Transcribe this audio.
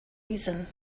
reason